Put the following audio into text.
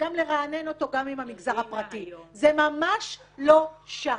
גם לרענן אותו עם המגזר הפרטי זה ממש לא שם.